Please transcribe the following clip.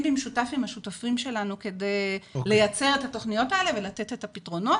במשותף עם השותפים שלנו כדי לייצר את התכניות האלה ולתת את הפתרונות,